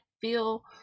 feel